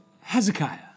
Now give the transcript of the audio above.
Hezekiah